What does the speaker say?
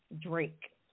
Drake